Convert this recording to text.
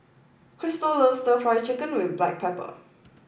Kristal loves Stir Fry Chicken with black pepper